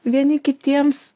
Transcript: vieni kitiems